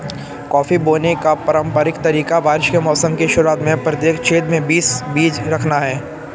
coffee बोने का पारंपरिक तरीका बारिश के मौसम की शुरुआत में प्रत्येक छेद में बीस बीज रखना है